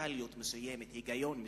מנטליות מסוימת, היגיון מסוים.